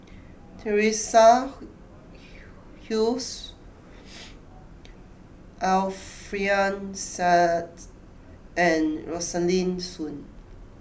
Teresa Hsu Alfian Sa'At and Rosaline Soon